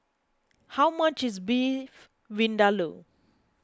how much is Beef Vindaloo